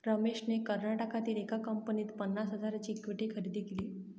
रमेशने कर्नाटकातील एका कंपनीत पन्नास हजारांची इक्विटी खरेदी केली